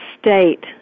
state